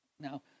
Now